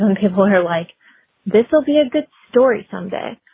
and people here like this will be a good story someday.